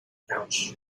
ouch